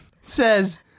says